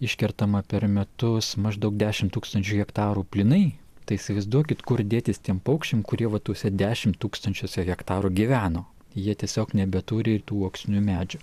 iškertama per metus maždaug dešimt tūkstančių hektarų plynai tai įsivaizduokit kur dėtis tiem paukščiam kurie va tuose dešimt tūkstančiuose hektarų gyveno jie tiesiog nebeturi ir tų uoksinių medžių